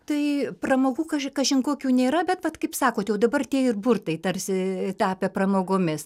tai pramogų kaži kažin kokių nėra bet vat kaip sakot jau dabar tie ir burtai tarsi tapę pramogomis